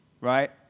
right